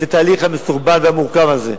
את התהליך המסורבל והמורכב הזה.